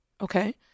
Okay